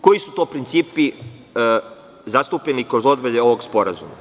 Koji su to principi zastupljeni kroz odredbe ovog sporazuma?